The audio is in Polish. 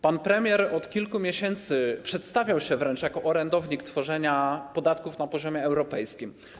Pan premier od kilku miesięcy przedstawiał się wręcz jako orędownik tworzenia podatków na poziomie europejskim.